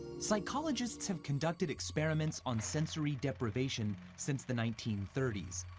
psychologists have conducted experiments on sensory deprivation since the nineteen thirty s.